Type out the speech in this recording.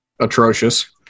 atrocious